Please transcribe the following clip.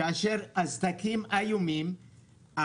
כאשר הסדקים איומים,